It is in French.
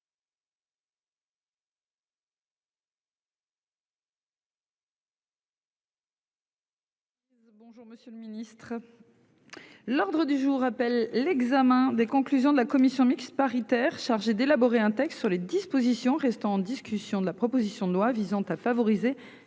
L'ordre du jour appelle l'examen des conclusions de la commission mixte paritaire chargée d'élaborer un texte sur les dispositions restant en discussion de la proposition de loi visant à favoriser